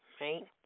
right